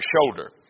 shoulder